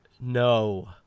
No